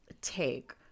Take